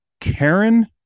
karen